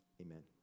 amen